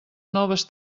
noves